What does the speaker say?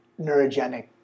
neurogenic